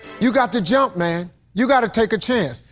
you've got to jump, man. you've got to take a chance.